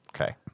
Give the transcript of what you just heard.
Okay